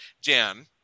Jan